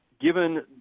given